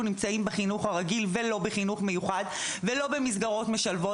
נמצאים בחינוך הרגיל ולא בחינוך מיוחד ולא בחינוך מיוחד.